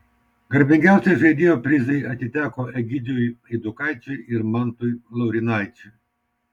garbingiausio žaidėjo prizai atiteko egidijui eidukaičiui ir mantui laurynaičiui